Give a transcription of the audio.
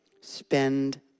Spend